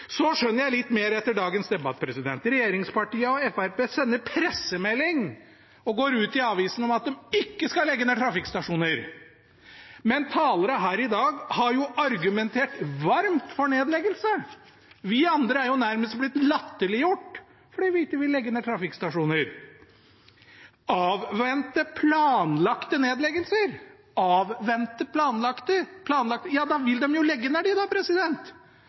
Så skjønner jeg litt mer etter dagens debatt. Regjeringspartiene og Fremskrittspartiet sender ut pressemelding, og går ut i avisene, om at de ikke skal legge ned trafikkstasjoner, men talere her i dag har jo argumentert varmt for nedleggelse. Vi andre er nærmest blitt latterliggjort fordi vi ikke vil legge ned trafikkstasjoner. «Avvente planlagte nedleggelser» – ja, da vil de jo legge dem ned. De